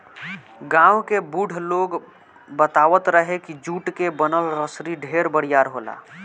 गांव के बुढ़ लोग बतावत रहे की जुट के बनल रसरी ढेर बरियार होला